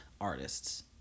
artists